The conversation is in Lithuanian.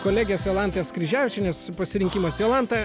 kolegės jolantos kryževičienės pasirinkimas jolanta